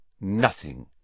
Nothing